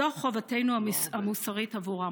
זו חובתנו המוסרית עבורם.